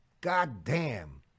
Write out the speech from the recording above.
goddamn